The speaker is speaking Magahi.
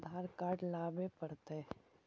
आधार कार्ड लाबे पड़तै?